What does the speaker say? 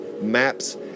maps